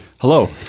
Hello